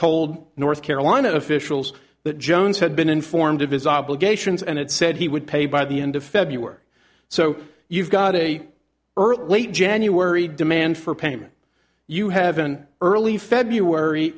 told north carolina officials that jones had been informed of his obligations and it said he would pay by the end of february so you've got a early late january demand for payment you haven't early february